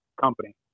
company